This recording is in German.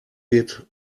geht